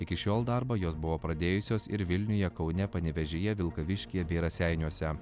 iki šiol darbą jos buvo pradėjusios ir vilniuje kaune panevėžyje vilkaviškyje bei raseiniuose